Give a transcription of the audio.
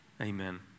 amen